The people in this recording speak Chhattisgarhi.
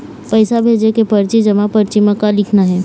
पैसा भेजे के परची जमा परची म का लिखना हे?